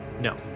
No